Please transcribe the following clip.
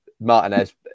Martinez